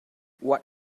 what